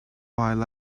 while